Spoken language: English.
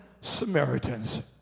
Samaritans